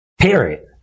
Period